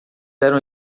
eram